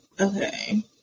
Okay